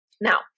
Now